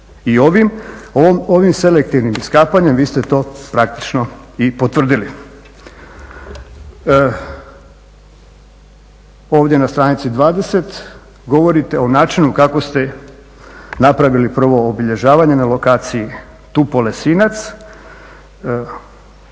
I ovim selektivnim iskapanjem vi ste to praktično i potvrdili. Ovdje na stranici 20. govorite o načinu kako ste napravili prvo obilježavanje na lokaciji Tupale-Sinac.